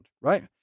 right